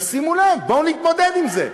תשימו לב, בואו נתמודד עם זה.